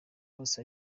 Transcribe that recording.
bose